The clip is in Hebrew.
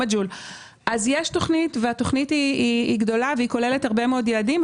יש תוכנית גדולה והיא כוללת הרבה מאוד יעדים,